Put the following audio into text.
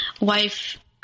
wife